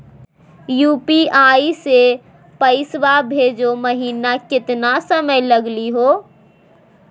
UPI स पैसवा भेजै महिना केतना समय लगही हो?